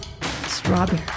strawberry